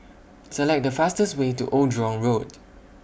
Select The fastest Way to Old Jurong Road